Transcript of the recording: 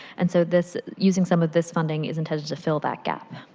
and so this, uses some of this funding is intended to fill that gap,